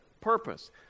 purpose